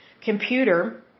computer